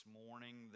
morning